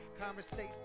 Conversation